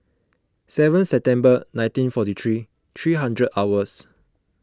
seven September nineteen forty three three hundred hours